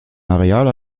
areal